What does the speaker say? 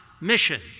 mission